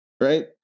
right